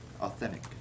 authentic